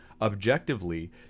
objectively